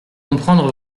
comprendre